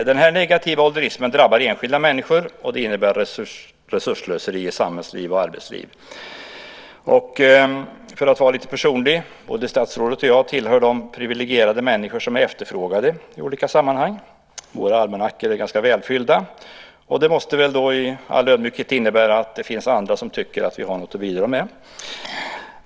Den negativa "ålderismen" drabbar enskilda människor, och den innebär ett resursslöseri i samhällsliv och arbetsliv. Och för att vara lite personlig: Både statsrådet och jag tillhör de privilegierade människor som är efterfrågade i olika sammanhang. Våra almanackor är ganska välfyllda. Det måste innebära att det finns andra som tycker att vi har något att bidra med.